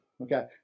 okay